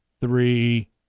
three